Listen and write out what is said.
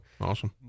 awesome